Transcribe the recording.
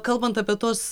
kalbant apie tuos